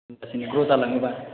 लासैनो ग्र' जालाङोबा